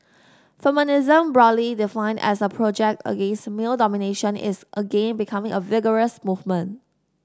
feminism broadly defined as a project against male domination is again becoming a vigorous movement